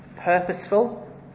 purposeful